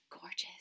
gorgeous